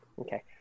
Okay